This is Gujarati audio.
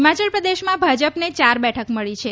હિમચાલપ્રદેશમાં ભાજપને ચાર બેઠક મળી છે